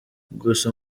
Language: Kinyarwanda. gusa